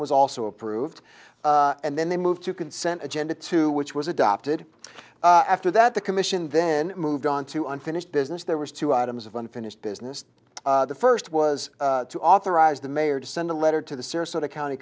was also approved and then they moved to consent agenda to which was adopted after that the commission then moved onto unfinished business there was two items of unfinished business the first was to authorize the mayor to send a letter to the sarasota county